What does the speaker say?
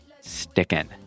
sticking